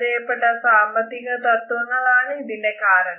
പരാജയപ്പെട്ട സാമ്പത്തികതത്വങ്ങൾ ആണ് ഇതിന്റെ കാരണം